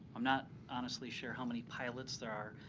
i'm not honestly sure how many pilots there are.